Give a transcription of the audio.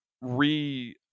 re